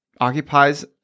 occupies